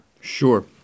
Sure